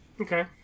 Okay